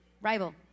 Rival